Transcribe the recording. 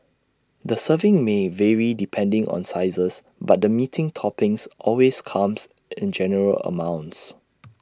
the serving may vary depending on sizes but the meaty toppings always comes in generous amounts